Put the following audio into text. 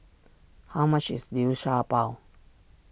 how much is Liu Sha Bao